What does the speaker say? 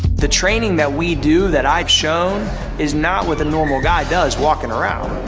the training that we do that i've shown is not what the normal guy does, walking around.